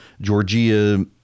Georgia